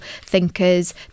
thinkers